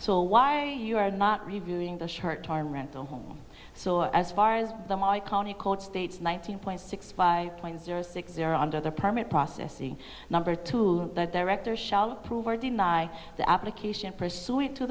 so why you are not reviewing the chart are rental homes so as far as the my county court states nineteen point six five point zero six zero under their permit processing number two the director shall approve or deny the application pursuant to